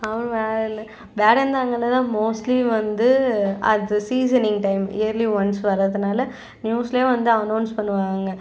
அப்புறம் வேறு என்ன வேடந்தாங்கலில் தான் மோஸ்ட்லி வந்து அது சீசனிங் டைம் இயர்லி ஒன்ஸ் வர்றதுனால நியூஸில் வந்து அனோன்ஸ் பண்ணுவாங்க